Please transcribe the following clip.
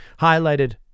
Highlighted